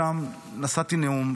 שם נשאתי נאום,